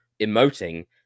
emoting